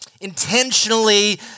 intentionally